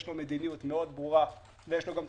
יש מדיניות מאוד ברורה ויש לו גם את